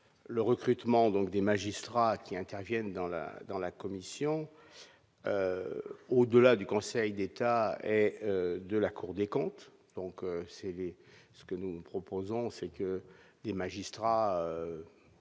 le recrutement donc des magistrats qui interviennent dans la dans la commission au-delà du Conseil d'État et de la Cour des comptes, donc c'est ce que nous proposons, c'est que les magistrats